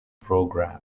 program